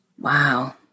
Wow